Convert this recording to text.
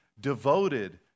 devoted